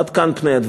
עד כאן הדברים.